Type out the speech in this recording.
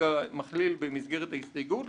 שכרגע אני מכליל במסגרת ההסתייגויות,